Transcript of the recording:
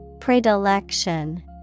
Predilection